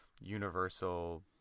universal